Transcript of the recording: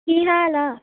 ਕੀ ਹਾਲ ਆ